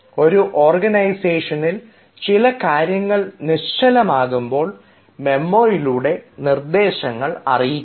ഒരു ഓർഗനൈസേഷനിൽ ചില കാര്യങ്ങൾ നിശ്ചലമാകുമ്പോൾ മെമ്മോയിലൂടെ നിർദ്ദേശങ്ങൾ അറിയിക്കാം